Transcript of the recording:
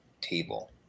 table